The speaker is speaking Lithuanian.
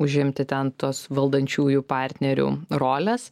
užimti ten tas valdančiųjų partnerių roles